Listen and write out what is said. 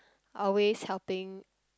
always helping